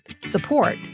support